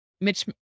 Mitch